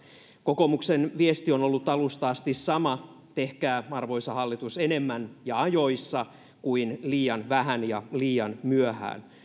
kokoomuksen viesti on ollut alusta asti sama tehkää arvoisa hallitus mieluummin enemmän ja ajoissa kuin liian vähän ja liian myöhään